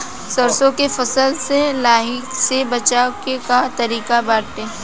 सरसो के फसल से लाही से बचाव के का तरीका बाटे?